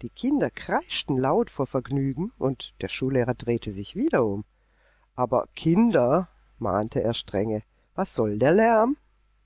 die kinder kreischten laut vor vergnügen und der schullehrer drehte sich wieder um aber kinder mahnte er strenge was soll der lärm